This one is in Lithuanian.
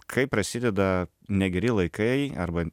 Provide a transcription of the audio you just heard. kai prasideda negeri laikai arba